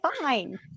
fine